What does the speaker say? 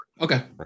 Okay